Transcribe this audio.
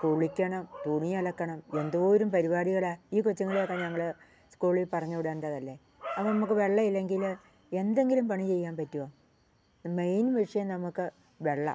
കുളിക്കണം തുണി അലക്കണം എന്തോരം പരിപാടികളാണ് ഈ കൊച്ചുങ്ങളൊക്കെ ഞങ്ങൾ സ്കൂളിൽ പറഞ്ഞു വിടേണ്ടതല്ലെ അപ്പം നമുക്ക് വെള്ളം ഇല്ലെങ്കിൽ എന്തെങ്കിലും പണി ചെയ്യാൻ പറ്റുമോ മെയിൻ വിഷയം നമുക്ക് വെള്ളമാണ്